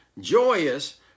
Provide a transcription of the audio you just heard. joyous